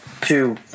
two